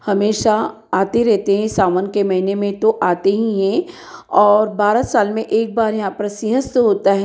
हमेशा आते रहते हैं सावन के महीने में तो आते ही हैं और बारह साल में एक बार यहाँ पर सिंहस्थ होता है